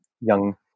young